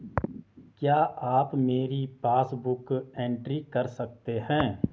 क्या आप मेरी पासबुक बुक एंट्री कर सकते हैं?